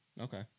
Okay